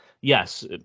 yes